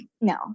no